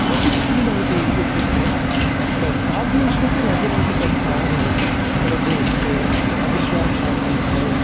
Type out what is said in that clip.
क्वचिद् किं भवति इत्युक्ते काव्येषु अपि राजनैतिक अंशाः भवन्ति रघुवंशे अभिज्ञानशाकुन्तले त